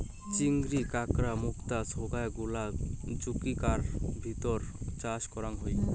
চিংড়ি, কাঁকড়া, মুক্তা সোগায় গুলা জুচিকার ভিতর চাষ করাং হই